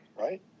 right